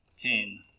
came